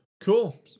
Cool